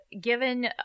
given